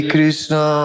Krishna